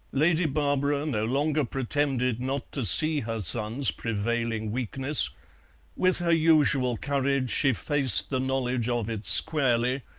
lady barbara no longer pretended not to see her son's prevailing weakness with her usual courage she faced the knowledge of it squarely,